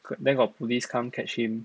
then got police come catch him